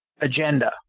agenda